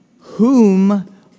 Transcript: Whom